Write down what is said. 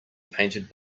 painted